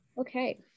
Okay